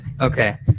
Okay